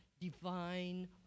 divine